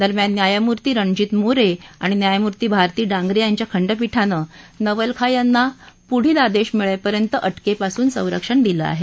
दरम्यान न्यायमूर्ती रणजीत मोरे आणि न्यायमूर्ती भारती डांगरे यांच्या खंडपीठानं नवलखा यांना पुढील आदेश मिळेपर्यंत अटकेपासून संरक्षण दिलं आहे